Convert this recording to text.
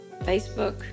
Facebook